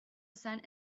cent